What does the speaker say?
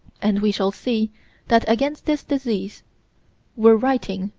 and we shall see that against this disease we're writing,